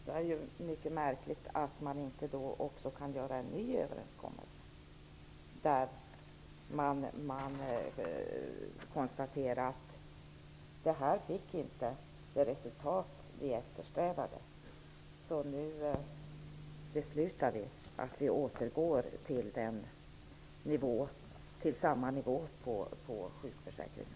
Det är egendomligt att man då inte kan komma fram till en överenskommelse, där man konstaterar att man inte nådde de eftersträvade resultaten och återgår till en enhetlig nivå inom sjukförsäkringen.